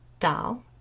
Doll